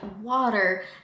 water